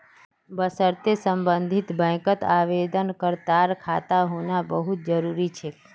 वशर्ते सम्बन्धित बैंकत आवेदनकर्तार खाता होना बहु त जरूरी छेक